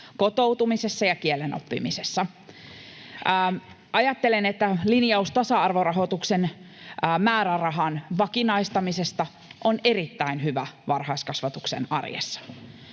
kotoutumisessa ja kielen oppimisessa. Ajattelen, että linjaus tasa-arvorahoituksen määrärahan vakinaistamisesta on erittäin hyvä varhaiskasvatuksen arjessa.